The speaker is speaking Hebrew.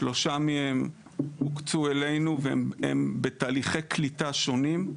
ששלושה מהם הוקצו אלינו והם בתהליכי קליטה שונים,